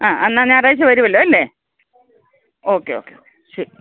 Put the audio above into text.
ആ എന്നാൽ ഞായറാഴ്ച വരുവല്ലോ അല്ലേ ഓക്കെ ഓക്കെ ശരി